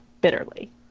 bitterly